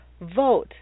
Vote